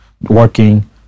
working